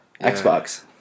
xbox